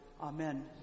Amen